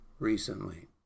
recently